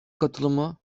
katılımı